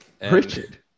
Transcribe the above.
Richard